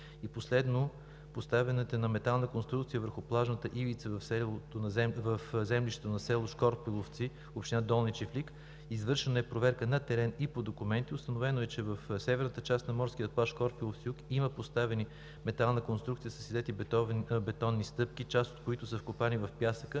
Последно, поставянето на метална конструкция върху плажната ивица в землището на село Шкорпиловци, община Долни чифлик. Извършена е проверка на терен и по документи. Установено е, че в северната част на морския плаж Шкорпиловци има поставена метална конструкция с излети бетонни стъпки, част от които са вкопани в пясъка.